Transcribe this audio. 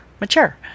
mature